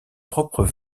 propre